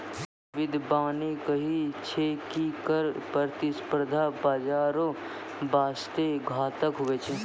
बिद्यबाने कही छै की कर प्रतिस्पर्धा बाजारो बासते घातक हुवै छै